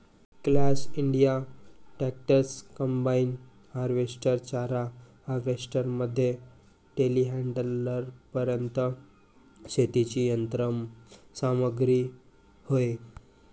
class India tractors, combine harvester, चारा harvester मध्ये टेलीहँडलरपर्यंत शेतीची यंत्र सामग्री होय